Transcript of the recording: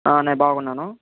నేను బాగున్నాను